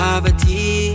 Poverty